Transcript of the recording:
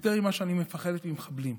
יותר ממה שאני מפחדת ממחבלים.